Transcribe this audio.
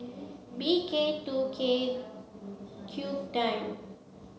B K two K Q ten